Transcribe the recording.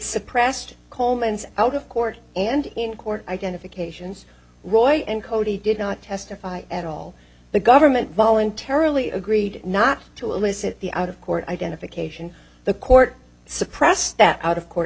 suppressed coleman's out of court and in court identifications roy and cody did not testify at all the government voluntarily agreed not to elicit the out of court identification the court suppressed that out of court